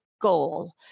goal